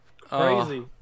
Crazy